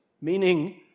meaning